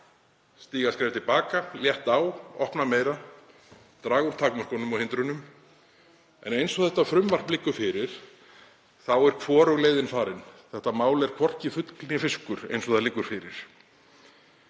stíga skref til baka, létta á, opna meira, draga úr takmörkunum og hindrunum. En eins og þetta frumvarp liggur fyrir er hvorug leiðin farin. Þetta mál er hvorki fugl né fiskur eins og það liggur fyrir.